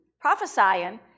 prophesying